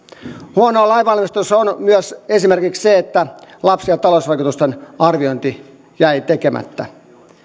huonoa lainvalmistelussa on myös esimerkiksi se että lapsi ja talousvaikutusten arviointi jäi tekemättä